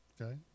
okay